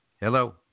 Hello